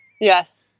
Yes